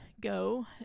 go